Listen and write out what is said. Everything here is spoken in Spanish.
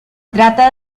trata